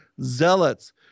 zealots